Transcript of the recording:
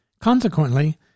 Consequently